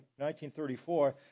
1934